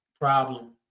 problem